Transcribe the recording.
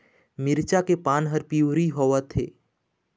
मिरचा के पान हर पिवरी होवथे?